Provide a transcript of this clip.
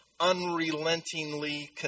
unrelentingly